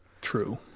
True